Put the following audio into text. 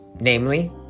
namely